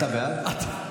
אתה בעד?